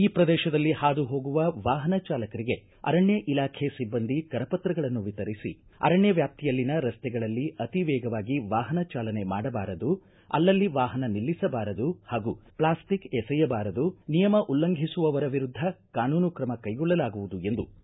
ಈ ಪ್ರದೇಶದಲ್ಲಿ ಹಾದುಹೋಗುವ ವಾಹನ ಚಾಲಕರಿಗೆ ಅರಣ್ಯ ಇಲಾಖೆ ಸಿಬ್ಬಂದಿ ಕರಪತ್ರಗಳನ್ನು ವಿತರಿಸಿ ಅರಣ್ಯ ವ್ಯಾಪ್ತಿಯಲ್ಲಿನ ರಸ್ತೆಗಳಲ್ಲಿ ಅತಿ ವೇಗವಾಗಿ ವಾಹನ ಚಾಲನೆ ಮಾಡಬಾರದು ಅಲ್ಲಲ್ಲಿ ವಾಹನ ನಿಲ್ಲಿಸಬಾರದು ಹಾಗೂ ಪ್ಲಾಸ್ಟಿಕ್ ಎಸೆಯಬಾರದು ನಿಯಮ ಉಲ್ಲಂಘಿಸುವರ ವಿರುದ್ದ ಕಾನೂನು ಕ್ರಮ ಕೈಗೊಳ್ಳಲಾಗುವುದು ಎಂದು ತಿಳಿವಳಿಕೆ ಮೂಡಿಸಿದರು